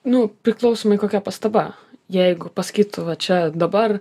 nu priklausomai kokia pastaba jeigu pasakytų va čia dabar